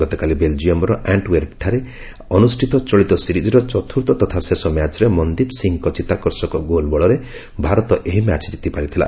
ଗତକାଲି ବେଲ୍ଜିୟମର ଆଣ୍ଟ୍ ୱେର୍ପଠାରେ ଅନୁଷ୍ଠିତ ଚଳିତ ସିରିଜ୍ର ଚତୁର୍ଥ ତଥା ଶେଷ ମ୍ୟାଚ୍ରେ ମନ୍ଦୀପ ସିଂଙ୍କ ଚିତ୍ତାକର୍ଷକ ଗୋଲ୍ ବଳରେ ଭାରତ ଏହି ମ୍ୟାଚ୍ ଜିତିପାରିଥିଲା